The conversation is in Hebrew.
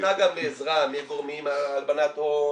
פנתה גם לעזרה מגורמי הלבנת הון,